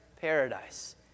paradise